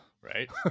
right